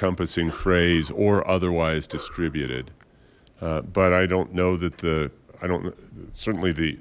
encompassing phrase or otherwise distributed but i don't know that the i don't know certainly the